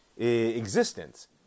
existence